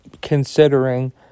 considering